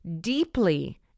deeply